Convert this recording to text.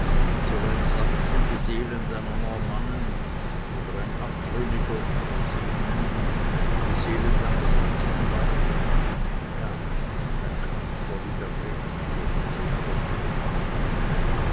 ein sachse die seelen deiner normannen oder ein abtrünniger wie sie ihn nennen die seelen deiner sachsen weiden herr dein kanzler widerrät dir diese schlechte wahl